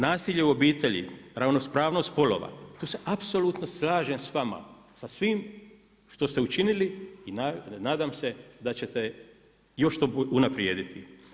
Nasilje u obitelji, ravnopravnost spolova, tu se apsolutno slažem s vama, sa svim što ste učinili i nadam se da ćete još to unaprijediti.